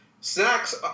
Snacks